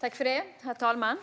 Herr talman!